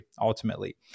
ultimately